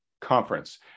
conference